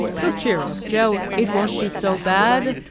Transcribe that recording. so cheer up, jo, it won't be so bad.